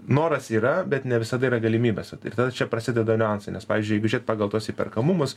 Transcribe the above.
noras yra bet ne visada yra galimybės ir tada čia prasideda niuansai nes pavyzdžiui jeigu žiūrėt pagal tuos įperkamumus